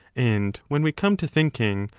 and when we come to thinking,